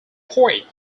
poet